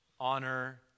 honor